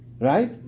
Right